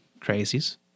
crazies